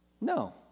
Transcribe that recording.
No